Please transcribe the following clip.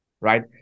right